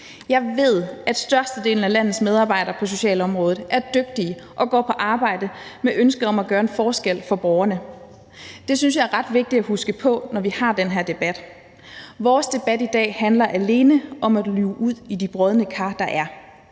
Jeg ved, at størstedelen af landets medarbejdere på socialområdet er dygtige og går på arbejde med ønsket om at gøre en forskel for borgerne. Det synes jeg er ret vigtigt at huske på, når vi har den her debat. Vores debat i dag handler alene om at luge ud i de brodne kar, der er,